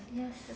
ya